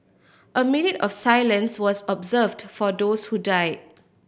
a minute of silence was observed for those who died